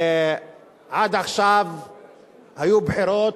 עד עכשיו היו בחירות,